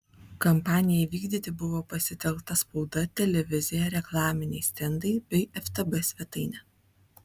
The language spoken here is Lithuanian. kampanijai vykdyti buvo pasitelkta spauda televizija reklaminiai stendai bei ftb svetainė